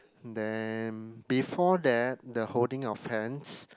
then before that the holding of hands